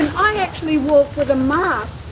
i actually walk with a mask,